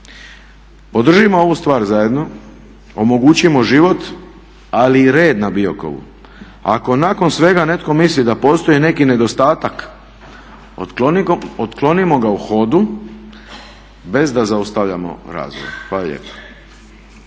Podržimo ovu stvar zajedno, omogućimo život ali i red na Biokovu. Ako nakon svega netko misli da postoji neki nedostatak otklonimo ga u hodu bez da zaustavljamo razvoj.